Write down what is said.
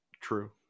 true